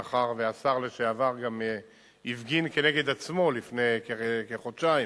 מאחר שהשר לשעבר גם הפגין כנגד עצמו לפני כחודשיים,